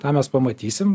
tą mes pamatysim